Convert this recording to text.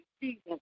Jesus